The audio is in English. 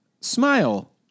smile